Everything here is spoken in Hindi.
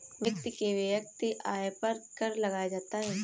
व्यक्ति के वैयक्तिक आय पर कर लगाया जाता है